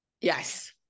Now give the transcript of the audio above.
Yes